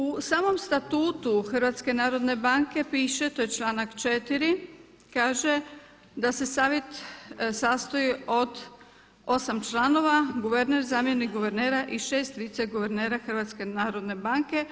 U samom statutu Hrvatske narodne banke piše, to je članak 4. kaže da se Savjet sastoji od 8 članova – guverner, zamjenik guvernera i 6 viceguvernera HNB-a.